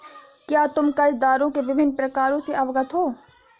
क्या तुम कर्जदारों के विभिन्न प्रकारों से अवगत हो?